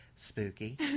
spooky